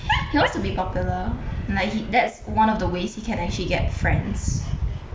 he wants to be popular like he that's one of the ways he can actually get friends